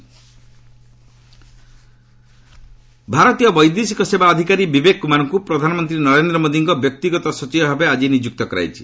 PM PVT ଭାରତୀୟ ବୈଦେଶିକ ସେବା ଅଧିକାରୀ ବିବେକ କୁମାରଙ୍କୁ ପ୍ରଧାନମନ୍ତ୍ରୀ ନରେନ୍ଦ୍ର ମୋଦୀଙ୍କ ବ୍ୟକ୍ତିଗତ ସଚିବ ଭାବେ ଆଜି ନିଯୁକ୍ତ କରାଯାଇଛି